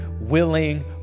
willing